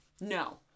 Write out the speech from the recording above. No